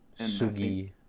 Sugi